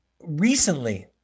recently